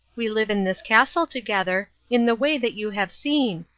we live in this castle together, in the way that you have seen,